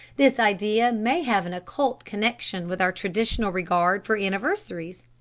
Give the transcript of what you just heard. this idea may have an occult connection with our traditional regard for anniversaries.